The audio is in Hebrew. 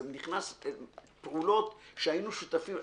ונכנס לפעולות שהיינו שותפים,